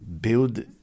build